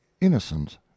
innocent